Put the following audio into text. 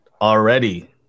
already